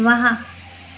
वाह